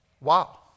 Wow